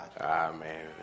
Amen